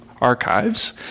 archives